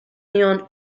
nion